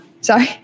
Sorry